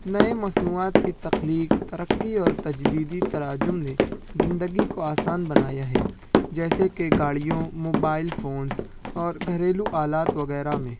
نئے مصنوعات كى تخلیق ترقی اور تجديدى تراجم نے زندگی کو آسان بنایا ہے جیسے کہ گاڑیوں موبائل فونس اور گھریلو آلات وغیرہ میں